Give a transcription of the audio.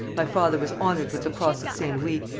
my father was honoured with the cross of st louis,